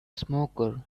smoker